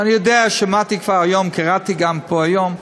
ואני יודע, שמעתי כבר היום, קראתי גם פה היום,